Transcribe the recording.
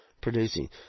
producing